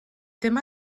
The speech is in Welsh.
ddim